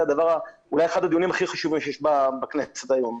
אולי אחד הדיונים הכי חשובים שיש בכנסת היום.